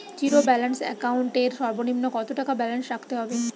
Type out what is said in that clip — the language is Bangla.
জীরো ব্যালেন্স একাউন্ট এর সর্বনিম্ন কত টাকা ব্যালেন্স রাখতে হবে?